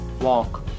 walk